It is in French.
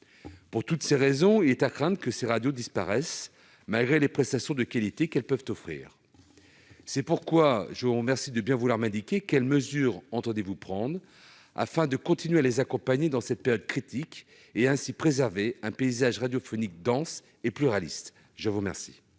Pour toutes ces raisons, il est à craindre que ces radios disparaissent, malgré les prestations de qualité qu'elles peuvent offrir. Je vous remercie de bien vouloir m'indiquer quelles mesures vous entendez prendre afin de continuer à les accompagner dans cette période critique, pour préserver un paysage radiophonique dense et pluraliste La parole